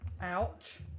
Ouch